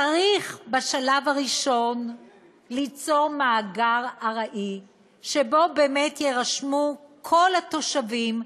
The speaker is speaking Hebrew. צריך בשלב הראשון ליצור מאגר ארעי שבו באמת יירשמו כל התושבים,